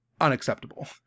unacceptable